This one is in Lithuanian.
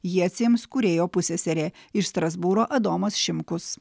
jį atsiims kūrėjo pusseserė iš strasbūro adomas šimkus